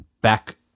back